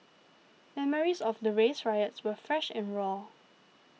memories of the race riots were fresh and raw